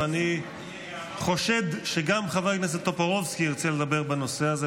אני חושד שגם חבר הכנסת טופורובסקי ירצה לדבר בנושא הזה.